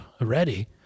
already